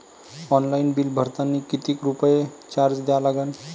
Online bill भरतानी कितीक रुपये चार्ज द्या लागन?